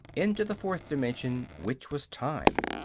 into the fourth dimension which was time.